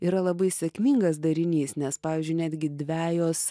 yra labai sėkmingas darinys nes pavyzdžiui netgi dvejos